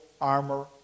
armor